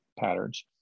patterns